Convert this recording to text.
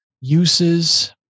uses